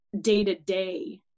day-to-day